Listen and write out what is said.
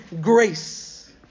grace